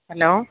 hello